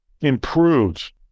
improved